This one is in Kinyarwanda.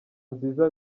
nziza